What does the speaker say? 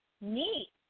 Neat